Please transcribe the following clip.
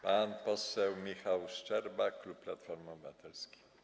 Pan poseł Michał Szczerba, klub Platformy Obywatelskiej.